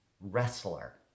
wrestler